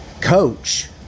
coach